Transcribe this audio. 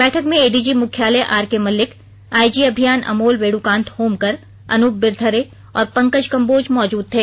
बैठक में एडीजी मुख्यालय आरके मल्लिक आईजी अभियान अमोल वेणुकांत होमकर अनुप बिरथरे और पंकज कम्बोज मौजूद थे